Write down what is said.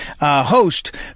host